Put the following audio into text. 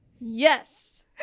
Yes